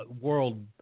world